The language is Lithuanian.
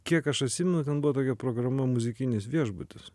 kiek aš atsimenu ten buvo tokia programa muzikinis viešbutis